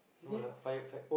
no lah firefight